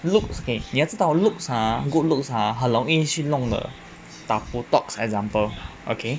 looks okay 你也知道 looks ah good looks ha 很容易去弄得打 botox example okay